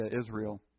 Israel